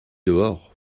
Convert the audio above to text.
dehors